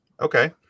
Okay